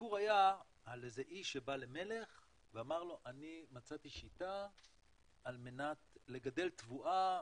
והסיפור היה על איש שבא למלך ואמר לו שהוא מצא שיטה על מנת לגדל תבואה